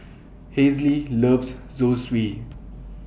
Hazle loves Zosui